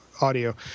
audio